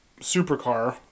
supercar